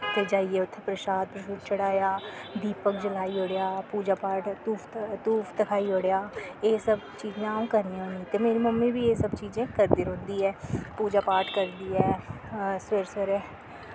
ते जाइयै उत्थें परशाद परशूद चढ़ाया दीपक जगाई ओड़ेआ पूज़ा पाठ धूफ धखाई ओड़ेआ एह् सब चीजां अ'ऊं करनी होन्नी ते मेरी मम्मी बी एह् सब चीजां करदी रौंह्दी ऐ पूज़ा पाठ करदी ऐ सवेरै सवेरै